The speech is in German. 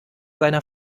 seiner